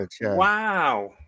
Wow